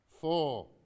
Four